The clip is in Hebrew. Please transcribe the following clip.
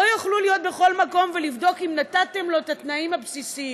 לא יוכלו להיות בכל מקום ולבדוק אם נתתם את התנאים הבסיסיים.